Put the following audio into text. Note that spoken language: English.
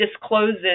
discloses